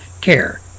care